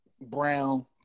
Brown